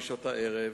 בשעות הערב,